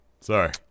Sorry